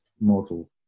model